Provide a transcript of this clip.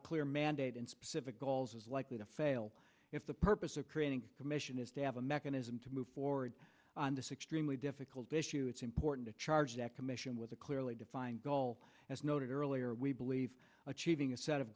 a clear mandate and specific goals is likely to fail if the purpose of creating a commission is to have a mechanism to move forward on the six dreamily difficult issue it's important to charge that commission with a clearly defined goal as noted earlier we believe achieving a set of